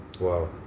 Wow